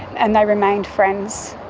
and they remained friends.